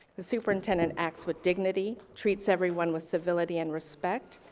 the superintendent acts with dignity, treats everyone with civility and respect,